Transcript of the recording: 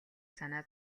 санаа